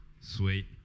Sweet